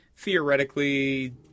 theoretically